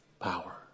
Power